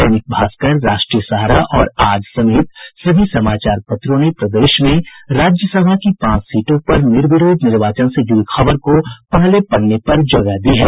दैनिक भास्कर राष्ट्रीय सहारा और आज समेत सभी समाचार पत्रों ने प्रदेश में राजसभा की पांच सीटों पर निर्विरोध निर्वाचन से जुड़ी खबर को पहले पन्ने पर जगह दी है